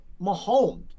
Mahomes